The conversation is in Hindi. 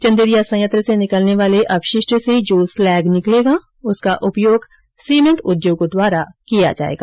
चंदेरिया संयंत्र से निकलने वाले अपशिष्ट से जो स्लैग निकलेगा उसका उपयोग सीमेंट उद्योगों द्वारा किया जाएगा